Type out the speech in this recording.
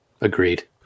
Agreed